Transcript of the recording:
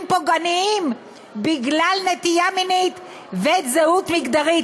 פוגעניים בגלל נטייה מינית וזהות מגדרית.